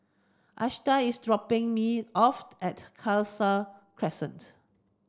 Ashanti is dropping me off at Khalsa Crescent